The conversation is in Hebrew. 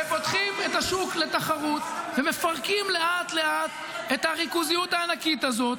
ופותחים את השוק לתחרות ומפרקים לאט-לאט את הריכוזיות הענקית הזאת.